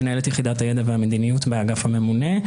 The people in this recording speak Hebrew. מנהלת יחידת הידע והמדיניות באגף הממונה,